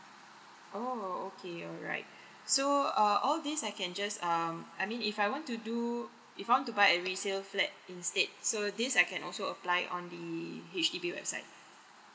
oh okay alright so err all this I can just um I mean if I want to do if I want to buy a resale flat instead so this I can also apply on the H_D_B website